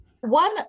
One